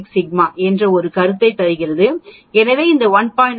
96 sigma பற்றி ஒரு கருத்தைத் தருகிறது எனவே இந்த 1